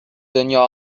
دنیا